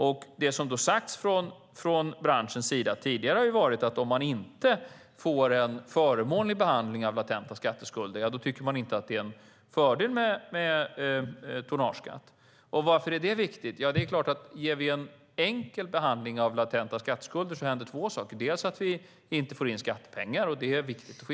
Det som tidigare ansetts från branschens sida har varit att om man inte får en förmånlig behandling av latenta skatteskulder är det inte någon fördel med en tonnageskatt. Varför är detta viktigt? Ja, det är klart att ger vi en enkel behandling av latenta skatteskulder händer två saker. Dels får vi inte in skattepengar, vilket är viktigt.